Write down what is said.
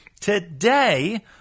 Today